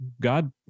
god